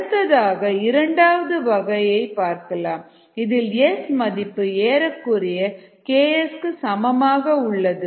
அடுத்ததாக இரண்டாவது வகையை பார்க்கலாம் இதில் S மதிப்பு ஏறக்குறைய Ks க்கு சமமாக உள்ளது